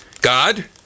God